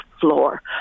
floor